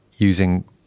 using